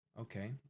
Okay